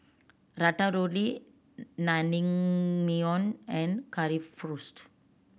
Ratatouille Naengmyeon and Currywurst